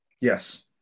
Yes